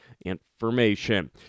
information